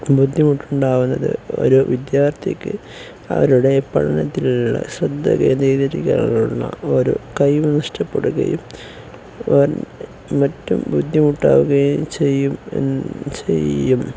ബുദ്ധിമുട്ടുണ്ടാവുന്നത് ഒരു വിദ്യാർത്ഥിക്ക് അവരുടെ പഠനത്തിലുള്ള ശ്രദ്ധ ഒരു കഴിവു നഷ്ടപ്പെടുകയും മറ്റും ബുദ്ധിമുട്ടാവുകയും ചെയ്യും ചെയ്യും